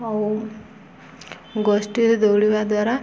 ଆଉ ଗୋଷ୍ଠୀରେ ଦୌଡ଼ିବା ଦ୍ୱାରା